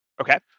Okay